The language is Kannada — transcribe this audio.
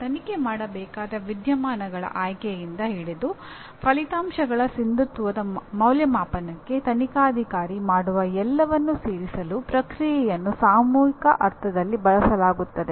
ತನಿಖೆ ಮಾಡಬೇಕಾದ ವಿದ್ಯಮಾನಗಳ ಆಯ್ಕೆಯಿಂದ ಹಿಡಿದು ಫಲಿತಾಂಶಗಳ ಸಿಂಧುತ್ವದ ಮೌಲ್ಯಮಾಪನಕ್ಕೆ ತನಿಖಾಧಿಕಾರಿ ಮಾಡುವ ಎಲ್ಲವನ್ನೂ ಸೇರಿಸಲು ಪ್ರಕ್ರಿಯೆಯನ್ನು ಸಾಮೂಹಿಕ ಅರ್ಥದಲ್ಲಿ ಬಳಸಲಾಗುತ್ತದೆ